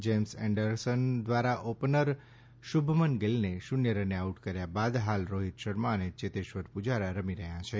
James Anderson દ્વારા opener Shubman ગિલને શૂન્ય રને આઉટ કર્યા બાદ હાલ રોહિત શર્મા અને ચેતેશ્વર પૂજારા રમી રહ્યા છે